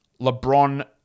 LeBron